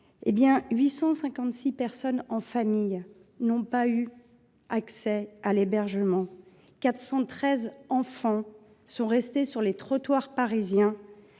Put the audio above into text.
elles, 856 personnes en famille n’ont pas eu accès à un hébergement ; 413 enfants sont restés sur les trottoirs parisiens